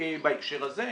בהקשר הזה,